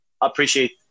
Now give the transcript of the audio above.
appreciate